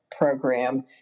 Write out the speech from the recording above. program